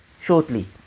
shortly